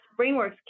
BrainWorks